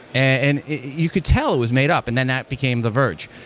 and you could tell it was made up, and then that became the verge.